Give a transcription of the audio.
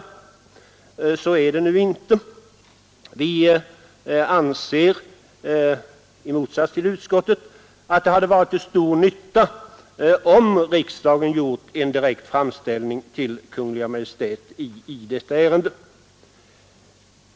Så är det nu inte. Vi anser i motsats till utskottet att det hade varit till stor nytta om riksdagen gjort en direkt framställning till Kungl. Maj:t i detta ärende.